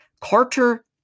Carter